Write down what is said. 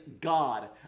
God